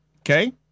okay